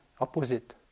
opposite